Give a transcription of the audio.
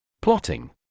Plotting